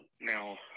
now